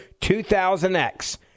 2000X